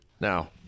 Now